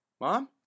Mom